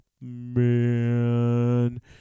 man